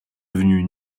devenus